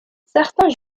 certains